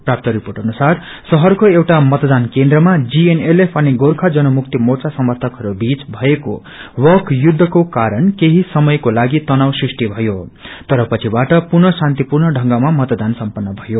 प्राप्त रिपोट अनुसार आज शहरको एउटा मतदान केन्द्रमा जीएनएलएफ अनि गोर्खा जनमुक्ति मोर्चा समर्यकहरूमीच वाक युद्ध भएको कारण केही समयको लागि तनाव सूष्टि भयो तर पछिबाट पुनः शान्तिपूर्ण ढेंगमा मतदान सम्पन्न ययो